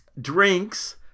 drinks